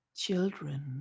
Children